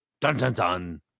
Dun-dun-dun